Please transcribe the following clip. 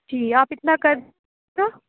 جی آپ اتنا کردو